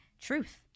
truth